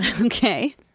Okay